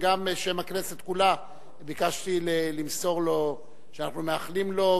וגם בשם הכנסת כולה ביקשתי למסור לו שאנחנו מאחלים לו,